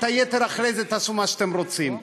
את היתר, אחרי זה תעשו מה שאתם רוצים.